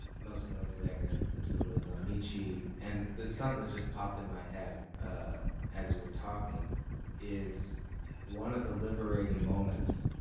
most notably, i guess the deal is on nietzsche and there's something that just popped in my head as you were talking is one of the liberating moments